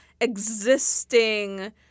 existing